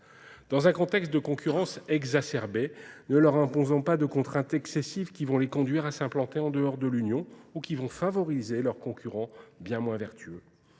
dans un contexte de concurrence exacerbée, ne leur imposant pas de contraintes excessives qui vont les conduire à s'implanter en dehors de l'Union ou qui vont favoriser leurs concurrents bien moins vertueux.